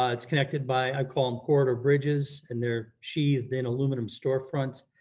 ah it's connected by i call em quarter bridges and there she then aluminum storefronts,